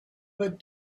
but